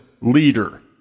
leader